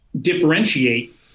differentiate